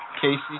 Casey